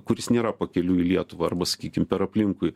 kuris nėra pakeliui į lietuvą arba sakykim per aplinkui